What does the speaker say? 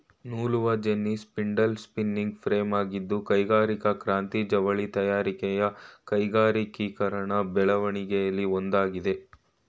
ನೂಲುವಜೆನ್ನಿ spindle spinning ಫ್ರೇಮಾಗಿದ್ದು ಕೈಗಾರಿಕಾ ಕ್ರಾಂತಿ ಜವಳಿ ತಯಾರಿಕೆಯ ಕೈಗಾರಿಕೀಕರಣ ಬೆಳವಣಿಗೆಲಿ ಒಂದಾಗಿದೆ